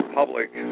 public